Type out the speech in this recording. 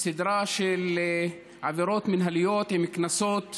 סדרה של תקנות עם קנסות